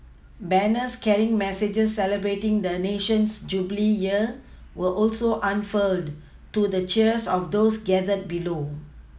banners carrying messages celebrating the nation's Jubilee year were also unfurled to the cheers of those gathered below